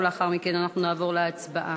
ולאחר מכן אנחנו נעבור להצבעה.